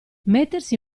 mettersi